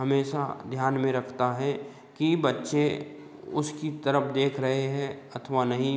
हमेशा ध्यान में रखता है कि बच्चे उसकी तरफ देख रहे हैं अथवा नहीं